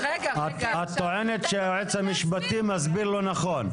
את טוענת שהיועץ המשפטי מסביר לא נכון.